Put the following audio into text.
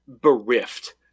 bereft